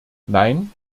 nein